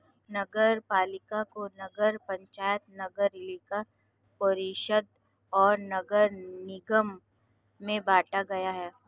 नगरपालिका को नगर पंचायत, नगरपालिका परिषद और नगर निगम में बांटा गया है